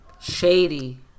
Shady